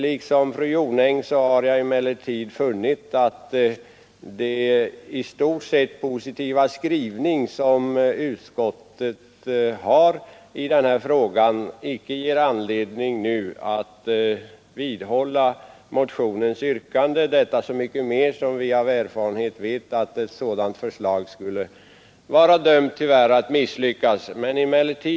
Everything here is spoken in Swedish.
Liksom fru Jonäng har jag emellertid funnit att den i stort sett positiva skrivning utskottet gjort i denna fråga nu inte ger anledning att vidhålla motionens yrkande; detta så mycket mer som vi av erfarenhet vet att ett sådant förslag tyvärr skulle vara dömt att misslyckas.